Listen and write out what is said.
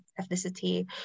ethnicity